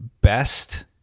best